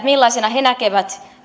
millaisena he näkevät